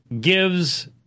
gives